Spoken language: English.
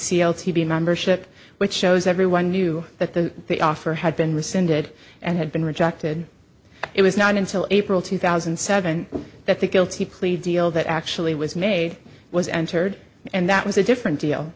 tb membership which shows everyone knew that the the offer had been rescinded and had been rejected it was not until april two thousand and seven that the guilty plea deal that actually was made was entered and that was a different deal